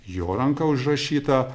jo ranka užrašyta